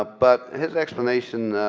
ah but his explanation,